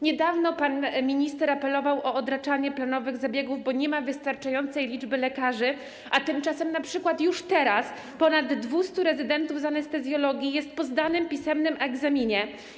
Niedawno pan minister apelował o odraczanie planowych zabiegów, bo nie ma wystarczającej liczby lekarzy, a tymczasem np. już teraz ponad 200 rezydentów z anestezjologii jest po zdanym pisemnym egzaminie.